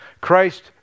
Christ